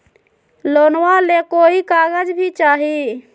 लोनमा ले कोई कागज भी चाही?